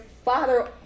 father